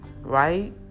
right